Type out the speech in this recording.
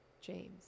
James